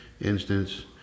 instance